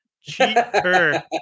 Cheater